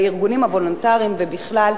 בארגונים הוולונטריים ובכלל,